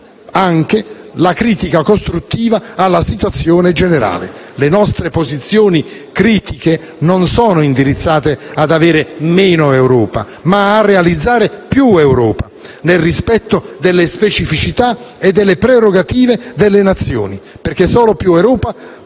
anche la critica costruttiva alla situazione generale. Le nostre posizioni critiche non sono indirizzate ad aver meno Europa, ma a realizzare più Europa, nel rispetto delle specificità e delle prerogative delle Nazioni, perché solo più Europa